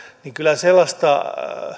kyllä sellaista